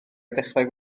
dechrau